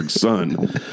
son